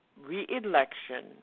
re-election